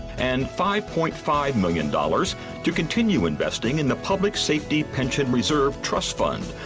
and five point five million dollars to continue investing in the public safety pension reserve trust fund,